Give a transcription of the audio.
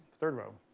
third row.